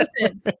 listen